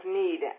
need